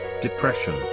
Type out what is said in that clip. Depression